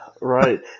right